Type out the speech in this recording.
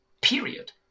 period